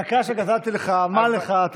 הדקה שגזלתי לך, מה לך?